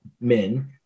men